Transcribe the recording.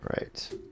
right